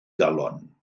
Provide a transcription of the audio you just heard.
galon